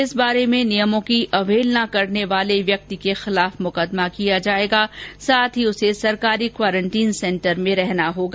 इस बारे में नियमों की अवहेलना करने वाले व्यक्ति के खिलाफ मुकदमा किया जाएगा साथ ही उसे सरकारी क्वारेंटाइन सेंटर में रहना होगा